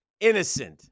Innocent